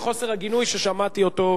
מעבר לחוסר הגינוי ששמעתי בנפרד?